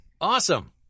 Awesome